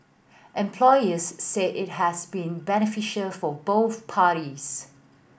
employers said it has been beneficial for both parties